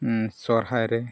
ᱥᱚᱦᱨᱟᱭ ᱨᱮ